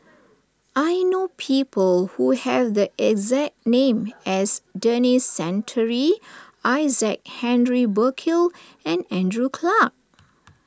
I know people who have the exact name as Denis Santry Isaac Henry Burkill and Andrew Clarke